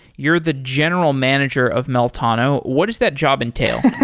you're the general manager of meltano, what does that job entail?